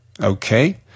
Okay